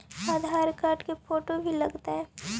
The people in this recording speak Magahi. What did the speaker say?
आधार कार्ड के फोटो भी लग तै?